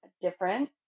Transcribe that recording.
different